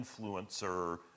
influencer